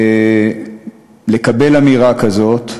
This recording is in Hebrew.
לקבל אמירה כזאת,